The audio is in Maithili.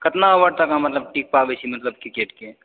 कतना ओवर तक टिक पाबै छी मतलब क्रिकेटके